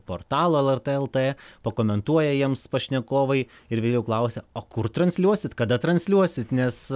portalo lrt lt pakomentuoja jiems pašnekovai ir vėl klausia o kur transliuosit kada transliuosit nes